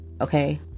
okay